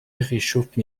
réchauffe